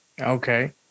Okay